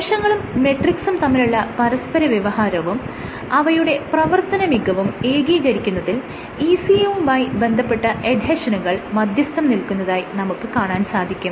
കോശങ്ങളും മെട്രിക്സും തമ്മിലുള്ള പരസ്പരവ്യവഹാരവും അവയുടെ പ്രവർത്തന മികവും ഏകീകരിക്കുന്നതിൽ ECM മായി ബന്ധപ്പെട്ട എഡ്ഹെഷനുകൾ മധ്യസ്ഥം നില്ക്കുന്നതായി നമുക്ക് കാണാൻ സാധിക്കും